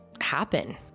happen